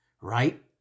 right